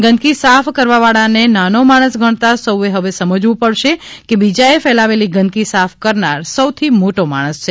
ગંદકી સાફ કરવાવાળાને નાનો માણસ ગણાતા સૌએ હવે સમજવું પડશે કે બીજાએ ફેલાવેલી ગંદકી સાફ કરનાર સૌથી મોટો માણસ છે